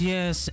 Yes